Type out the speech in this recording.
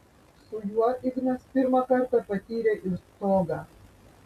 su juo ignas pirmą kartą patyrė ir stogą